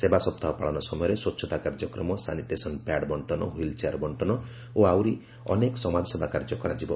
ସେବା ସପ୍ତାହ ପାଳନ ସମୟରେ ସ୍ୱଚ୍ଛତା କାର୍ଯ୍ୟକ୍ରମ ସାନିଟେସନ୍ ପ୍ୟାଡ୍ ବଙ୍କନ ହ୍ବିଲ୍ ଚେୟାର୍ ବର୍ଷନ ଓ ଆହୁରି ଅନେକ ସମାଜସେବା କାର୍ଯ୍ୟ କରାଯିବ